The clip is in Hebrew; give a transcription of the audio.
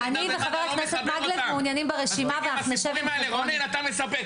אני וחבר הכנסת מקלב מעוניינים ברשימה ואנחנו נשב עם